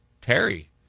Terry